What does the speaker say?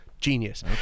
Genius